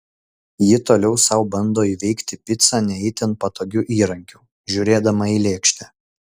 ji toliau sau bando įveikti picą ne itin patogiu įrankiu žiūrėdama į lėkštę